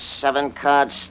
seven-card